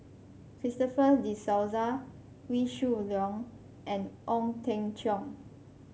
Christopher De Souza Wee Shoo Leong and Ong Teng Cheong